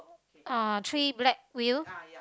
uh three black wheel